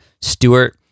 Stewart